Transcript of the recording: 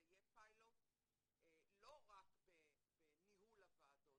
זה יהיה פיילוט לא רק בניהול הוועדות,